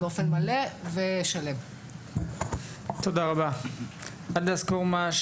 אוניברסיטת בר אילן יהונתן מרגוליס יו"ר אגודת הסטודנטים,